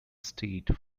state